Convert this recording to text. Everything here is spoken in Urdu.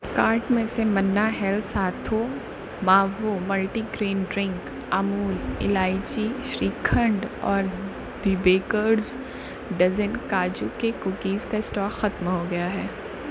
کارٹ میں سے Manna health sathu maavu multi green drink Amul elaichi shrikhand اور دی بیکرز ڈزن کاجو کے کوکیز کا اسٹاک ختم ہو گیا ہے